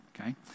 okay